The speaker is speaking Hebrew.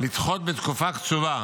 לדחות בתקופה קצובה